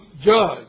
judge